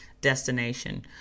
destination